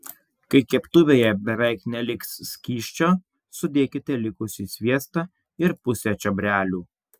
kai keptuvėje beveik neliks skysčio sudėkite likusį sviestą ir pusę čiobrelių